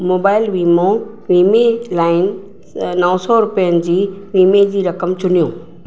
mobile वीमो वीमे line अ नौ सौ रुपियनि जी वीमे जी रक़म चुनियो